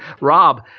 Rob